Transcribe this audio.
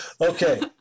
Okay